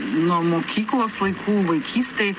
nuo mokyklos laikų vaikystėj